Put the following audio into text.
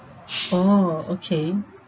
oh okay